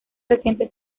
reciente